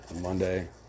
Monday